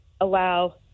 allow